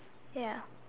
ya